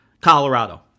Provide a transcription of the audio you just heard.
Colorado